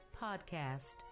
podcast